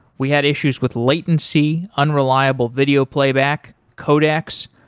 we had issues with latency, unreliable video playback, codecs.